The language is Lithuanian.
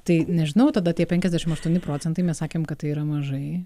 tai nežinau tada tie penkiasdešimt aštuoni procentai mes sakėm kad tai yra mažai